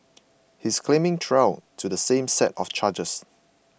he is claiming trial to the same set of charges